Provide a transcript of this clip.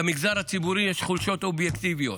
למגזר הציבורי יש חולשות אובייקטיביות,